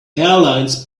airlines